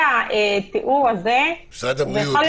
משרד הבריאות,